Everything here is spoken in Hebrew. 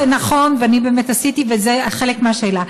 נכון, ואני באמת עשיתי, וזה חלק מהשאלה.